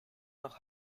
nach